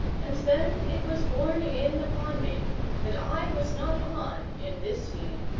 and then it was borne in upon me that i was not on in this scene.